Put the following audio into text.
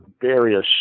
various